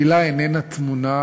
העילה איננה טמונה